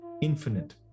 infinite